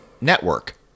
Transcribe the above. network